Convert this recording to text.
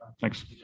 Thanks